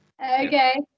Okay